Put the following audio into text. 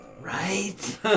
Right